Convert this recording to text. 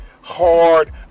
hard